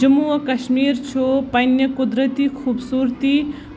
جموں و کشمیٖر چھُ پنٕنہِ قۄدرتی خوبصوٗرتی